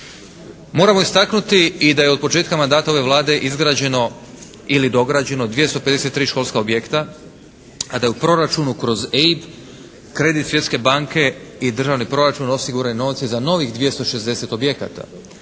Moramo istaknuti i da je od početka mandata ove Vlade izgrađeno ili dograđeno 253 školska objekta, a da je u Proračunu kroz EIB kredit Svjetske banke i državni proračun osigurani novci za novih 260 objekata.